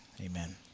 amen